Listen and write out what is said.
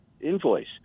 invoice